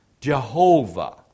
Jehovah